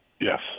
Yes